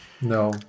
No